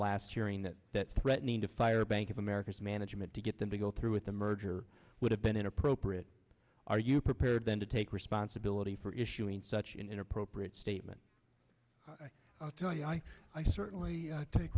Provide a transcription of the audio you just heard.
last cheering that that threatening to fire bank of america's management to get them to go through with the merger would have been inappropriate are you prepared then to take responsibility for issuing such an inappropriate statement i'll tell you why i certainly take